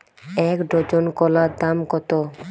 এক ডজন কলার দাম কত?